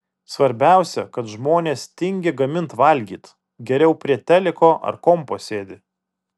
svarbiausia kad žmonės tingi gamint valgyt geriau prie teliko ar kompo sėdi